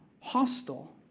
hostile